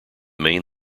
main